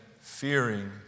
fearing